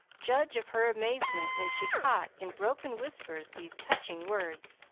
judge of her amazement when she caught in broken whispers these touching words